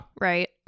Right